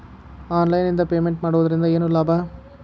Online ನಿಂದ payment ಮಾಡುವುದರಿಂದ ಏನು ಲಾಭ?